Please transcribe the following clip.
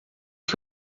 que